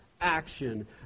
action